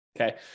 okay